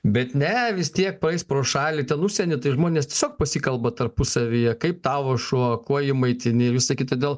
bet ne vis tiek praeis pro šalį ten užsieny tai žmonės tiesiog pasikalba tarpusavyje kaip tavo šuo kuo jį maitini ir visa kita dėl